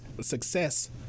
success